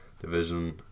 division